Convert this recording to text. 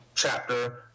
Chapter